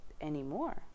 anymore